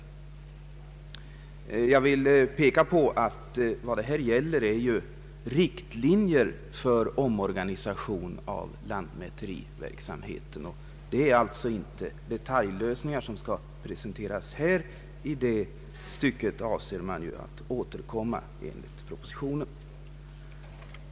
Jag vill peka på att vad det här gäller är riktlinjer för omorganisation av lantmäteriverksamheten. Det är alltså inte detaljlösningar som skall presenteras här. I det stycket avser man ju att återkomma, enligt vad som meddelas i propositionen.